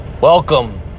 Welcome